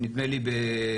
נדמה לי בקציעות.